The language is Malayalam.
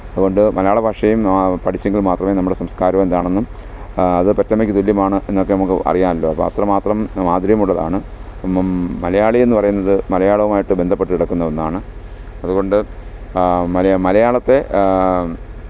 അതുകൊണ്ട് മലയാള ഭാഷയും പഠിച്ചെങ്കില് മാത്രമേ നമ്മുടെ സംസ്കാരം എന്താണെന്നും അത് പെറ്റമ്മയ്ക്ക് തുല്യമാണ് എന്നൊക്കെ നമ്മൾക്ക് അറിയാമല്ലോ അപ്പം അത്ര മാത്രം മാധുര്യമുള്ളതാണ് മലയാളിയെന്ന് പറയുന്നത് മലയാളവുമായിട്ട് ബന്ധപ്പെട്ടു കിടക്കുന്ന ഒന്നാണ് അതുകൊണ്ട് മലയാളം മലയാളത്തെ